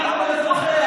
למה הלכת עם גדעון סער?